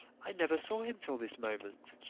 i never saw him till this moment.